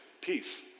peace